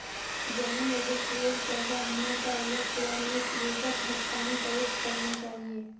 जमीन रजिस्ट्रीर पैसा हमेशा इलेक्ट्रॉनिक रूपत हस्तांतरित करना चाहिए